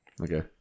okay